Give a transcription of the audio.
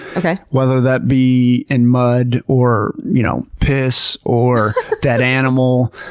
whether that be in mud, or you know piss, or dead animal,